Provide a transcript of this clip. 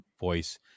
voice